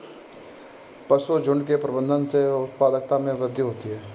पशुझुण्ड के प्रबंधन से उत्पादकता में वृद्धि होती है